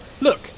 Look